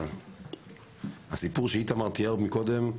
הסיפור שאיתמר תיאר קודם,